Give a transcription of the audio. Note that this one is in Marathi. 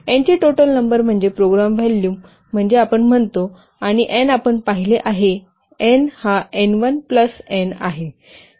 एन ची टोटल नंबर म्हणजे प्रोग्राम व्हॉल्यूम म्हणजे आपण म्हणतो आणि एन आपण पाहिले आहे एन हा एन1 प्लस एन आहे